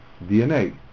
DNA